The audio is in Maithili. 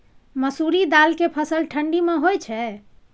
मसुरि दाल के फसल ठंडी मे होय छै?